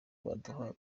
baduha